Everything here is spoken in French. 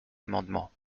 amendement